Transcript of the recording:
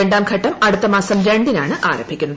രണ്ടാം ഘട്ടം അടുത്ത മാസം രണ്ടിനാണ് ആരംഭിക്കുന്നത്